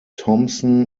thompson